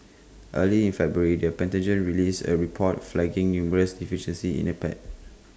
early in February the Pentagon released A report flagging numerous deficiencies in the pad